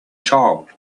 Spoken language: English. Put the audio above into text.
child